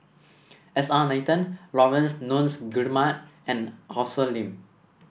S R Nathan Laurence Nunns Guillemard and Arthur Lim